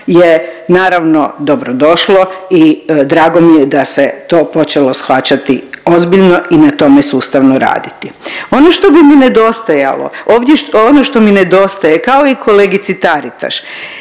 je naravno dobrodošlo i drago mi je da se to počelo shvaćati ozbiljno i na tome sustavno raditi. Ono što bi mi nedostajalo ovdje, ono što mi nedostaje kao i kolegici Taritaš,